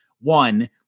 One